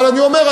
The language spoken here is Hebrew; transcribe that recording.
אבל אני אומר,